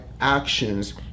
actions